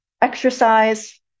exercise